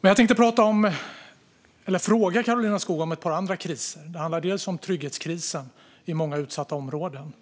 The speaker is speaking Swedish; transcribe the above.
Men jag tänkte fråga Karolina Skog om ett par andra kriser. Den ena är trygghetskrisen i många utsatta områden.